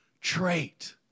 trait